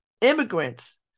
immigrants